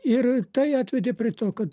ir tai atvedė prie to kad